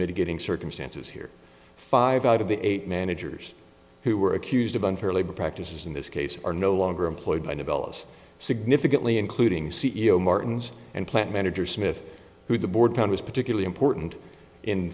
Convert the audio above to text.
mitigating circumstances here five out of the eight managers who were accused of unfair labor practices in this case are no longer employed by novellus significantly including c e o martin's and plant manager smith who the board found was particularly important in